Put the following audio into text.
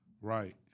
Right